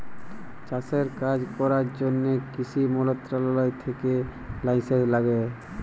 চাষের কাজ ক্যরার জ্যনহে কিসি মলত্রলালয় থ্যাকে লাইসেলস ল্যাগে